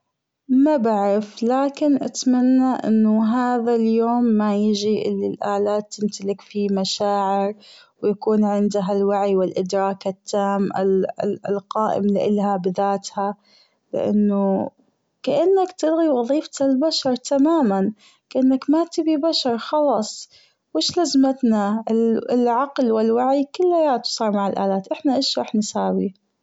مابعرف لكن أتمنى أن هذا اليوم مايجي أن الآلات تمتلك فيه مشاعر ويكون عندها الوعي والأدراك التام ال- القائم لألها بذاتها لأنه كأنك تلغي وظيفة البشر تماما كأنك ماتبي بشر خلاص وش لزمتنا العقل والوعي كلياته صار مع الآلات أحنا أيش راح نساوي.